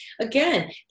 again